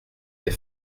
les